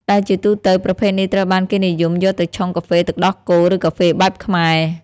ដែលជាទូទៅ ប្រភេទនេះត្រូវបានគេនិយមយកទៅឆុងកាហ្វេទឹកដោះគោ ឬកាហ្វេបែបខ្មែរ។